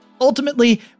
Ultimately